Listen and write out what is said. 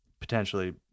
potentially –